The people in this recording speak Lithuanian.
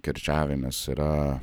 kirčiavimas yra